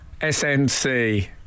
snc